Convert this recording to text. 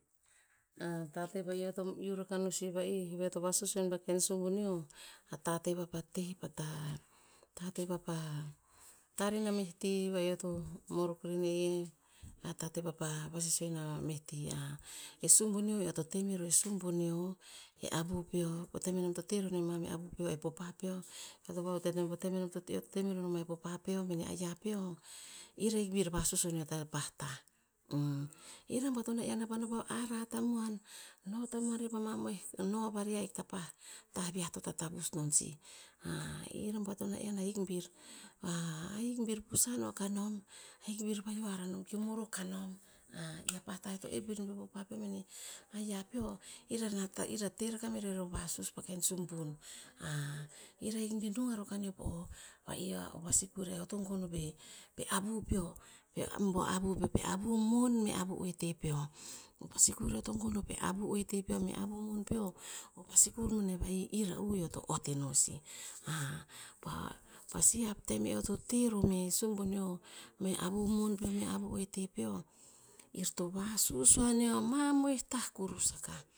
A tate veh eo to iu rakah no sih va'ih, veh to vasus o in pa ken subuneo. A tate va pah teh pah tar. Tate vapah tar ina meh ti va'ih eh to morok reh ner, a tate vapah vasisio ino meh ti. eh subuneo eo to teme roh eh subuneo, eh avu peo. Po tem eh nom to teh mero mah meh avu peo, eh papa peo, eo to gue no a utet po tem eo to te- eo to te mere no en papa peo meneh ayia peo. Ir ahik bir vasus aneo ta pah tah. ir a bua tona'ian pah arah tamuan, noh tamuan reh pah mamoeh noh vari ahik ta pah tah viah to tatavus non sih. ir a bua tona'ian ahik bir ahik bir pusasn no kanom ahik bir vahio anom, kir morok kanom. i a pah tah eo to oep pet no peh papa meh ayia peo, ir ta teh merer o vasus pa ken subun. Ir ahik bir ruh pano. Va'ih a va sikur eo to gon o pen avu peo. bua avu peo, peh avu mon meh avu oeteh peo. Vasikur non va'ih ira'u eoh to ot noh sih pa- pasi haptem eoh to teh romeh subuneo meh avu mon peo me avu oete peo. Ir to vasus aneo mamoih tah kurus akah.